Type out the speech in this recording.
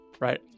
right